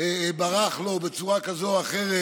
ברח לו בצורה כזאת או אחרת,